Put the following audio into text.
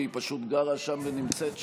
כי היא פשוט גרה שם ונמצאת שם.